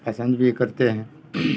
پسند بھی کرتے ہیں